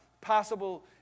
possible